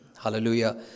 Hallelujah